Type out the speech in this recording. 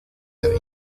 der